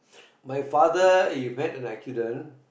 my father he met with an accident